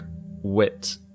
wit